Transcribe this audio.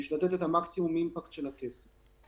בשביל לתת אימפקט מקסימלי של הכסף.